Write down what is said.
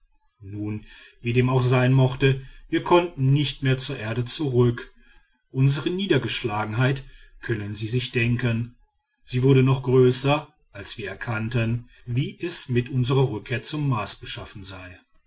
nun wie dem auch sein mochte wir konnten nicht mehr zur erde zurück unsre niedergeschlagenheit können sie sich denken sie wurde noch größer als wir erkannten wie es mit unsrer rückkehr zum mars beschaffen sei